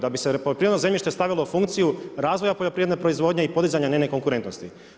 Da bi se poljoprivredno zemljište stavljalo u funkciju, razvoja poljoprivredne proizvodnje i podizanje njene konkurentnosti.